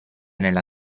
nella